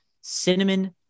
Cinnamon